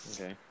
okay